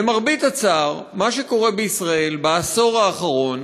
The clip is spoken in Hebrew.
למרבה הצער, מה שקורה בישראל בעשור האחרון